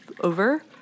over